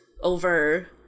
over